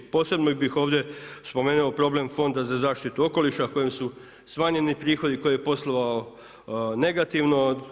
Posebno bih ovdje spomenuo problem Fonda za zaštitu okoliša kojem su smanjeni prihodi, koji je poslovao negativno.